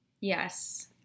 Yes